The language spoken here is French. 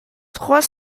trois